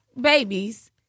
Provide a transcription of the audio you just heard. babies